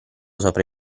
sopra